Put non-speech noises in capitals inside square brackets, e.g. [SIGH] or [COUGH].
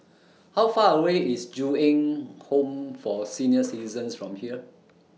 How Far away IS Ju Eng Home For Senior [NOISE] Citizens from here